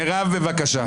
מירב, בבקשה.